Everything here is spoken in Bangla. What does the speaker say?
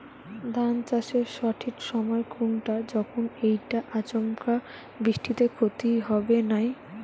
ধান চাষের সঠিক সময় কুনটা যখন এইটা আচমকা বৃষ্টিত ক্ষতি হবে নাই?